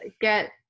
get